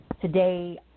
today